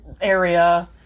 area